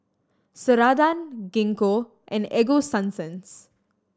Ceradan Gingko and Ego Sunsense